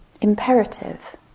imperative